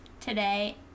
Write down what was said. today